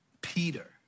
Peter